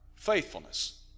Faithfulness